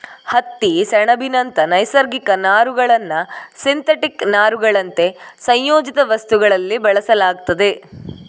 ಹತ್ತಿ, ಸೆಣಬಿನಂತ ನೈಸರ್ಗಿಕ ನಾರುಗಳನ್ನ ಸಿಂಥೆಟಿಕ್ ನಾರುಗಳಂತೆ ಸಂಯೋಜಿತ ವಸ್ತುಗಳಲ್ಲಿ ಬಳಸಲಾಗ್ತದೆ